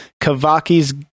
Kavaki's